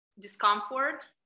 discomfort